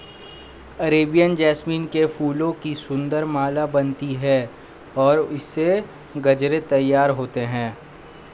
Arabian jasmine के फूलों की सुंदर माला बनती है और इससे गजरे तैयार होते हैं